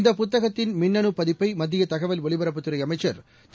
இந்த புத்தகத்தின் மின்னனுப் பதிப்பை மத்திய தகவல் ஒலிபரப்புத்துறை அமைச்சர் திரு